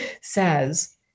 says